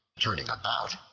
turning about,